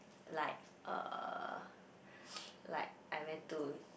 like uh like I went to